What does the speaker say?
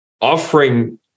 offering